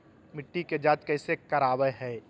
मिट्टी के जांच कैसे करावय है?